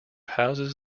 houses